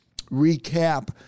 recap